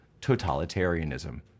totalitarianism